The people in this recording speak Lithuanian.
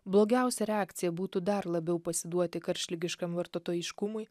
blogiausia reakcija būtų dar labiau pasiduoti karštligiškam vartotojiškumui